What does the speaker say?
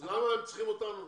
למה הם צריכים אותנו?